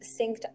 synced